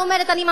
אני ממשיכה,